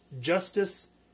justice